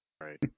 Right